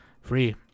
Free